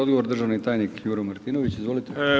Odgovor državni tajnik Juro Martinović, izvolite.